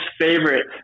favorite